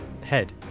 head